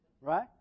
Right